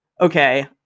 Okay